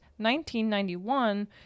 1991